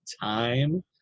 time